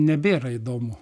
nebėra įdomu